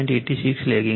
86o legging છે